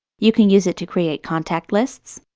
you can use it to create contact lists,